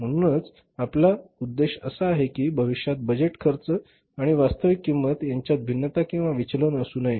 म्हणूनच आपला उद्देश असा आहे की भविष्यात बजेट खर्च आणि वास्तविक किंमत यांच्यात भिन्नता किंवा विचलन असू नये